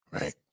right